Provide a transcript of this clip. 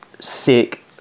sick